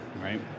right